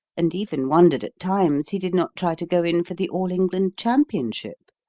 and even wondered at times he did not try to go in for the all england championship.